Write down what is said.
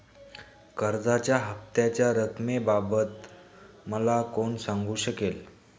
कर्जाच्या हफ्त्याच्या रक्कमेबाबत मला कोण सांगू शकेल?